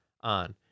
on